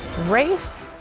race,